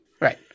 Right